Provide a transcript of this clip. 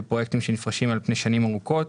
פרויקטים שנפרסים על פני שנים ארוכות.